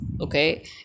okay